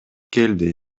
келди